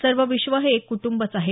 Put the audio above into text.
सर्व विश्व हे एक कूटंबच आहे